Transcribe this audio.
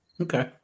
Okay